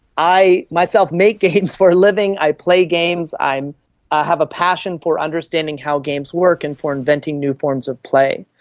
i myself make games for a living, i play games, i have a passion for understanding how games work and for inventing new forms of play.